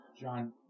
John